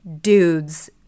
dudes